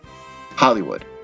Hollywood